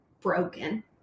broken